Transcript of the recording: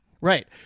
Right